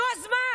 נו, אז מה?